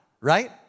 right